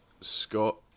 Scott